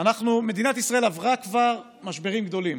מדינת ישראל עברה כבר משברים גדולים,